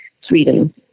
Sweden